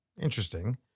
Interesting